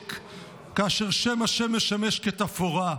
והעושק כאשר שם השם משמש כתפאורה.